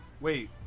Wait